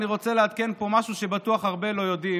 אני רוצה לעדכן פה במשהו שבטוח הרבה לא יודעים.